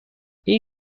این